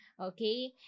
okay